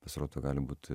pasirodo gali būt